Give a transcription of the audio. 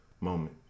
moment